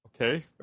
Okay